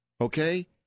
okay